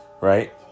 right